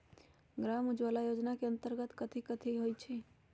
ग्राम उजाला योजना के अंतर्गत कथी कथी होई?